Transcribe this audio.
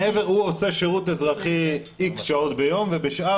הוא עושה שירות אזרחי מספר שעות ביום ובשאר